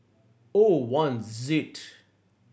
O one ZEAD